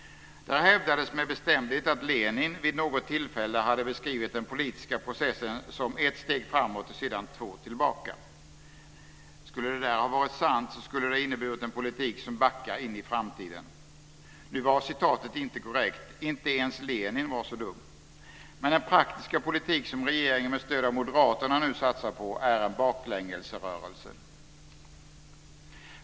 Där hävdades med bestämdhet att Lenin vid något tillfälle hade beskrivit den politiska processen som ett steg framåt och sedan två steg tillbaka. Skulle detta ha varit sant skulle det ha inneburit en politik som backar in i framtiden. Nu var citatet inte korrekt. Inte ens Lenin var så dum. Men den praktiska politik som regeringen med stöd av moderaterna nu satsar på är en baklängesrörelse.